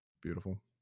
Beautiful